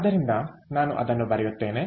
ಆದ್ದರಿಂದ ನಾನು ಅದನ್ನು ಬರೆಯುತ್ತೇನೆ